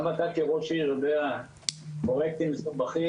גם אתה כראש עיר יודע שפרוייקטים מסובכים